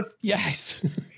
Yes